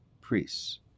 priests